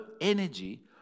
energy